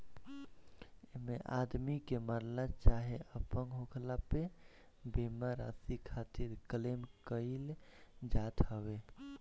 एमे आदमी के मरला चाहे अपंग होखला पे बीमा राशि खातिर क्लेम कईल जात हवे